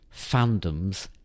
fandoms